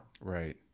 Right